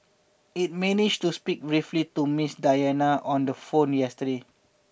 it managed to speak briefly to Ms Diana on the phone yesterday